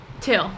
Two